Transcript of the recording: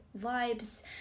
Vibes